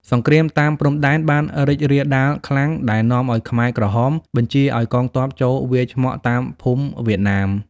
សង្គ្រាមតាមព្រំដែនបានរីករាលដាលខ្លាំង ដែលនាំឱ្យខ្មែរក្រហមបញ្ជាឱ្យកងទ័ពចូលវាយឆ្មក់តាមភូមិវៀតណាម។